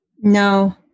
No